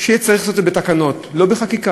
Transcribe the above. שיהיה צריך לעשות את זה בתקנות, לא בחקיקה.